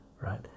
right